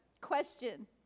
question